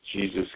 Jesus